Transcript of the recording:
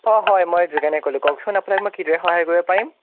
অঁ হয় মই যোগেনে ক'লোঁ কওকচোন আপোনাক মই কিদৰে সহায় কৰিব পাৰিম